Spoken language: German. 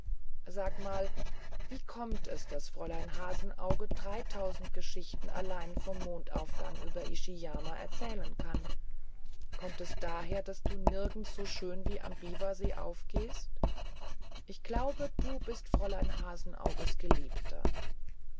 sag mal wie kommt das daß fräulein hasenauge dreitausend geschichten allein vom mondaufgang über ishiyama erzählen kann kommt es daher daß du nirgends so schön wie am biwasee aufgehst ich glaube du bist fräulein hasenauges geliebter